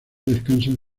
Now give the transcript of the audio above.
descansan